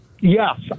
Yes